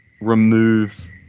remove